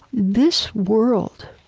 this world,